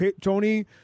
Tony